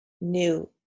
new